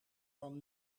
van